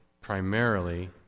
primarily